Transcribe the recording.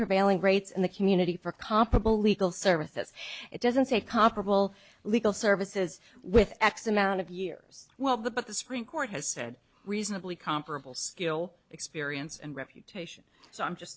prevailing rates in the community for comparable legal services it doesn't say comparable legal services with x amount of years well the but the supreme court has said reasonably comparable skill experience and reputation so i'm just